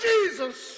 Jesus